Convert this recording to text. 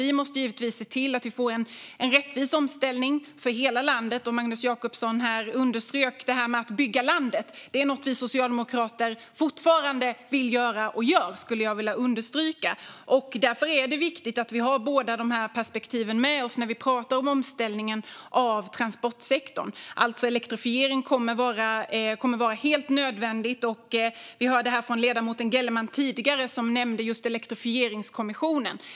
Vi måste givetvis se till att det blir en rättvis omställning för hela landet. Magnus Jacobsson underströk detta med att bygga landet. Det är något vi socialdemokrater fortfarande vill göra och gör, skulle jag vilja understryka. Därför är det viktigt att vi har båda perspektiven med oss när vi pratar om omställningen av transportsektorn. Elektrifieringen kommer att vara helt nödvändig, och vi hörde tidigare ledamoten Gellerman nämna just Elektrifieringskommissionen.